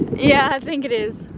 yeah, i think it is